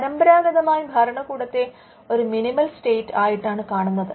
പരമ്പരാഗതമായി ഭരണകൂടത്തെ ഒരു മിനിമൽ സ്റ്റേറ്റ് ആയിട്ടാണ് കാണുന്നത്